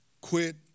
quit